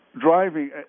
driving